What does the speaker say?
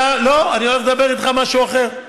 לא, אני הולך לדבר איתך על משהו אחר.